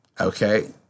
okay